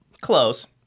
close